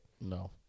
No